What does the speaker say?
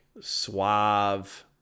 suave